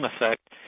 effect